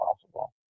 possible